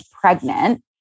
pregnant